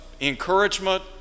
encouragement